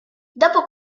dopo